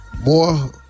More